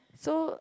so